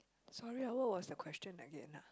sorry ah what was your question again ah